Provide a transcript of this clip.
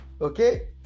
okay